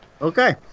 Okay